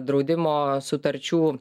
draudimo sutarčių